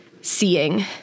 seeing